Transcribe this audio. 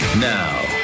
Now